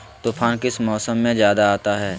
तूफ़ान किस मौसम में ज्यादा आता है?